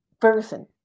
person